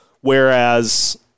Whereas